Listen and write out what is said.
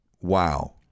wow